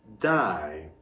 die